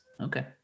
okay